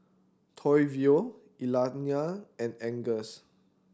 Toivo Iliana and Angus